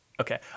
Okay